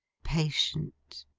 patient!